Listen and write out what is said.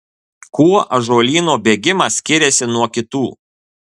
kuo ąžuolyno bėgimas skiriasi nuo kitų